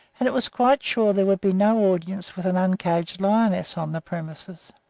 and it was quite sure there would be no audience with an uncaged lioness on the premises.